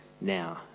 now